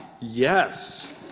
Yes